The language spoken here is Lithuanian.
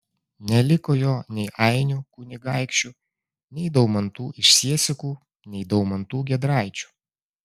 neliko jo nei ainių kunigaikščių nei daumantų iš siesikų nei daumantų giedraičių